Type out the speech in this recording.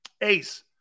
Ace